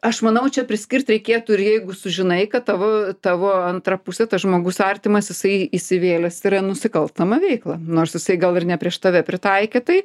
aš manau čia priskirt reikėtų ir jeigu sužinai kad tavo tavo antra pusė tas žmogus artimas jisai įsivėlęs yra į nusikalstamą veiklą nors jisai gal ir ne prieš tave pritaikė tai